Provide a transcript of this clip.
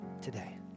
today